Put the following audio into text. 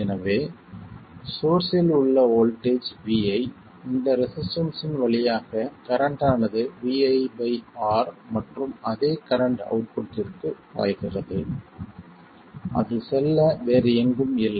எனவே சோர்ஸ்ஸில் உள்ள வோல்ட்டேஜ் Vi இந்த ரெசிஸ்டன்ஸ்ஸின் வழியாக கரண்ட் ஆனது ViR மற்றும் அதே கரண்ட் அவுட்புட்டிற்கு பாய்கிறது அது செல்ல வேறு எங்கும் இல்லை